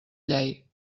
llei